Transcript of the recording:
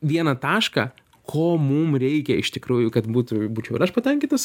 vieną tašką ko mum reikia iš tikrųjų kad būtų būčiau ir aš patenkintas